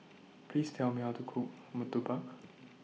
Please Tell Me How to Cook Murtabak